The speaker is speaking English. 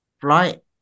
flight